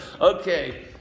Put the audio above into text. okay